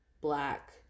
black